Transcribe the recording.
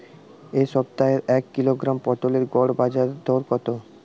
এ সপ্তাহের এক কিলোগ্রাম পটলের গড় বাজারে দর কত?